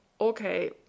okay